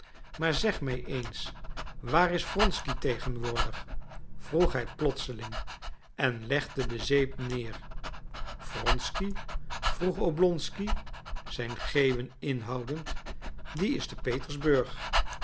maar zeg mij eens waar is wronsky tegenwoordig vroeg hij plotseling en legde de zeep neder wronsky vroeg oblonsky zijn geeuwen inhoudend die is te